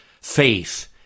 faith